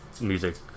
music